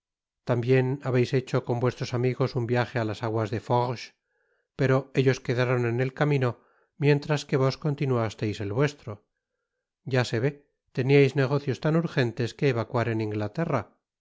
tambien habeis hecho con vuestros amigos un viage á las aguas de forges pero ellos quedaron en el camino mientras que vos continuasteis el vuestro ya se vé teníais negocios tan urgentes que evacuar en inglaterra